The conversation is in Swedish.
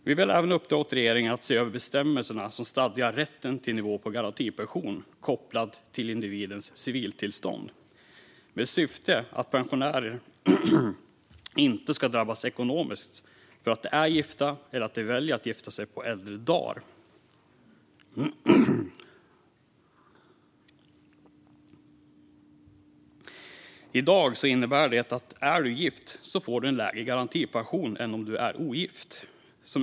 Vi vill även uppdra åt regeringen att se över bestämmelserna som stadgar rätten till nivå på garantipension kopplat till individens civiltillstånd, med syfte att pensionärer inte ska drabbas ekonomiskt för att de är gifta eller väljer att gifta sig på äldre dagar. I dag innebär bestämmelserna att om du är gift får du en lägre garantipension än om du är ogift.